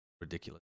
ridiculous